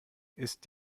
ist